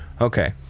okay